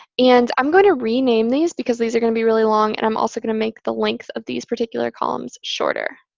and i'm going to rename these because these are going to be really long. and i'm also going to make the length of these particular columns shorter.